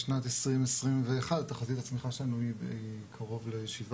בשנת 2021 תחזית הצמיחה שלנו היא קרוב ל-7%,